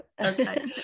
Okay